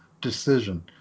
decision